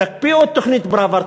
תקפיאו את תוכנית פראוור,